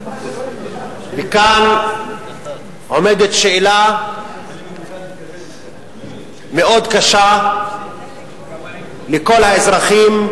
וכאן עומדת שאלה מאוד קשה לכל האזרחים,